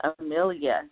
Amelia